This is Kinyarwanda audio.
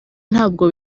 ntabwo